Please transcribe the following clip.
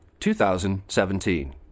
2017